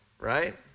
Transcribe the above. right